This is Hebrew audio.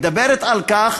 מדברת על כך